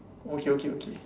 okay okay okay